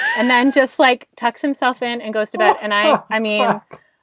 and then just like tucks himself in and goes to bed. and i i mean,